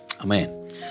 amen